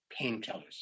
painkillers